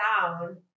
down